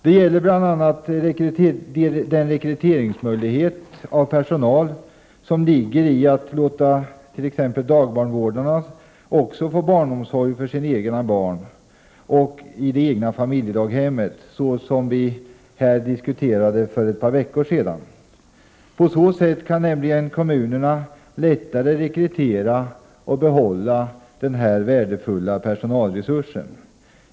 Det gäller bl.a. den möjlighet till rekrytering av personal som ligger i att låta t.ex. dagbarnvårdarna också få barnomsorg för sina egna barn i det egna familjedaghemmet, som vi diskuterade här för ett par veckor sedan. På så sätt kan nämligen kommunerna lättare rekrytera och behålla den här värdefulla personalresursen.